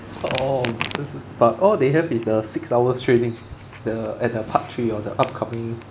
orh that's but all they have is the six hours training the and the part three or the upcoming